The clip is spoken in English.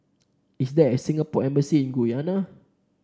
is there a Singapore Embassy in Guyana